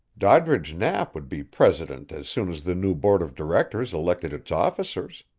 doddridge knapp would be president as soon as the new board of directors elected its officers.